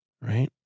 Right